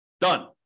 Done